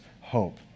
hope